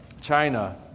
China